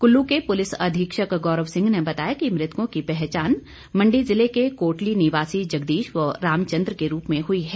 कूल्लू के पुलिस अधीक्षक गौरव सिंह ने बताया कि मृतकों की पहचान मंडी जिले के कोटली निवासी जगदीश व रामचंदर के रूप में हुई है